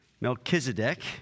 Melchizedek